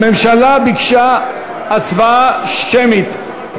הממשלה ביקשה הצבעה שמית.